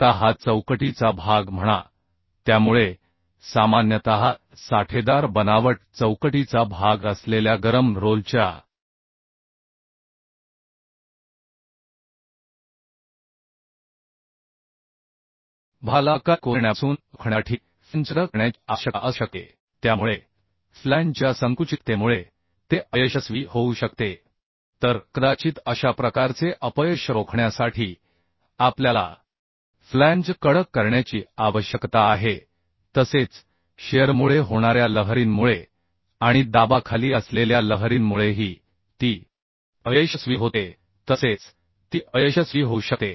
आता हा चौकटीचा भाग म्हणा त्यामुळे सामान्यतः साठेदार बनावट चौकटीचा भाग असलेल्या गरम रोलच्या भागाला अकाली कोसळण्यापासून रोखण्यासाठी फ्लॅंज कडक करण्याची आवश्यकता असू शकते त्यामुळे फ्लॅंजच्या संकुचिततेमुळे ते अयशस्वी होऊ शकते तर कदाचित अशा प्रकारचे अपयश रोखण्यासाठी आपल्याला फ्लॅंज कडक करण्याची आवश्यकता आहे तसेच शिअरमुळे होणाऱ्या लहरींमुळे आणि दाबाखाली असलेल्या लहरींमुळेही ती अयशस्वी होते तसेच ती अयशस्वी होऊ शकते